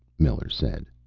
miller said.